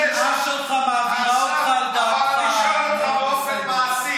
אתה, כרגיל, אתה, כרגיל, לא יודע על מה אתה מדבר.